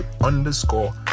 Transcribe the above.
underscore